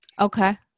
Okay